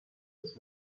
des